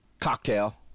cocktail